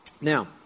Now